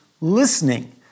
listening